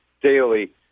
daily